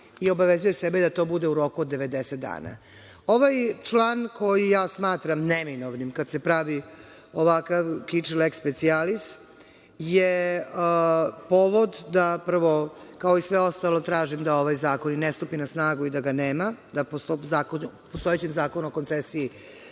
i obavezuje sebe da to bude u roku od 90 dana. Ovaj član, koji ja smatram neminovnim kad se pravi ovakav kič leks specijalis, je povod da prvo, kao i sve ostalo, tražim da ovaj zakon i ne stupi na snagu i da ga nema, da se po postojećem Zakonu o koncesiji